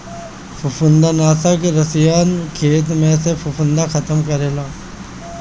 फंफूदनाशक रसायन खेत में से फंफूद खतम करेला